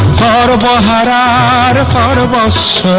da da da da a lot of us